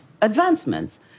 advancements